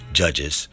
judges